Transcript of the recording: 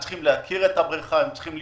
הם צריכים להכיר את הבריכה, להיות